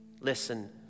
Listen